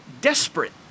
desperate